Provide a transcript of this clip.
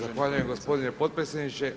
Zahvaljujem gospodine potpredsjedniče.